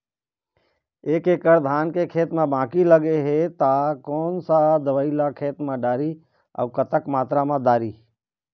एक एकड़ धान के खेत मा बाकी लगे हे ता कोन सा दवई ला खेत मा डारी अऊ कतक मात्रा मा दारी?